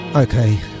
Okay